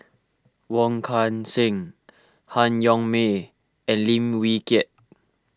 Wong Kan Seng Han Yong May and Lim Wee Kiak